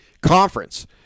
conference